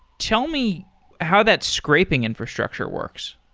tell me how that scraping infrastructure works.